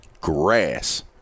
grass